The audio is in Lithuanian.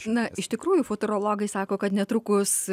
na iš tikrųjų futurologai sako kad netrukus